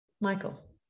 Michael